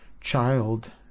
child